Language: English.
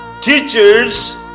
teachers